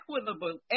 equitable